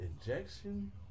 injection